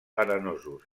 arenosos